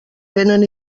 vénen